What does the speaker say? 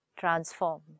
transform